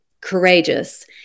courageous